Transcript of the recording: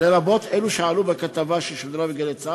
לרבות אלו שעלו בכתבה ששודרה ב"גלי צה"ל",